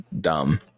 dumb